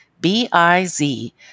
B-I-Z